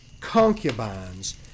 concubines